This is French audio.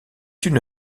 une